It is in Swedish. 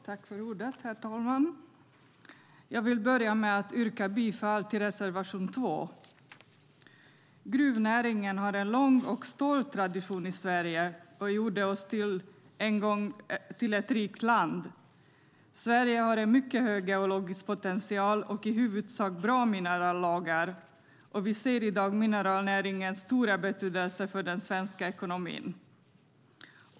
Herr talman! Jag vill börja med att yrka bifall till reservation 2. Gruvnäringen har en lång och stolt tradition i Sverige och gjorde oss en gång till ett rikt land. Sverige har en mycket hög geologisk potential och i huvudsak bra minerallagar, och vi ser i dag mineralnäringens stora betydelse för den svenska ekonomin.